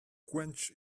quench